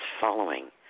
following